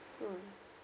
mm